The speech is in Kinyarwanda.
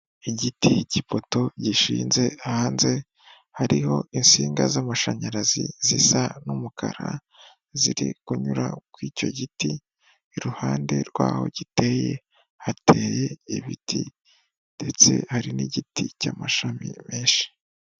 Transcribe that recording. Igiti cy'ipoto gishinze hanze hariho insinga z'amashanyarazi zisa n'umukara ziri kunyura ku icyo giti, iruhande rw'aho giteye hateye ibiti ndetse hari n'igiti cy'amashami menshi.